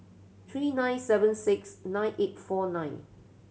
three nine seven six nine eight four nine